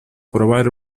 probar